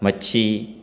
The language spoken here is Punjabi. ਮੱਛੀ